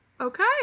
okay